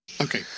Okay